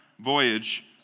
voyage